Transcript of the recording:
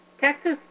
Texas